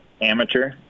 amateur